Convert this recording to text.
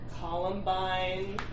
Columbine